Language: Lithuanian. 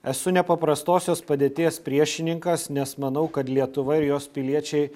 esu nepaprastosios padėties priešininkas nes manau kad lietuva ir jos piliečiai